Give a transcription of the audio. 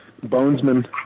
Bonesman